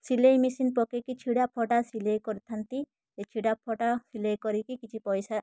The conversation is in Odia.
ସିଲେଇ ମେସିନ୍ ପକେଇକି ଛିଡ଼ା ଫଟା ସିଲେଇ କରିଥାନ୍ତି ଏଇ ଛିଡ଼ା ଫଟା ସିଲେଇ କରିକି କିଛି ପଇସା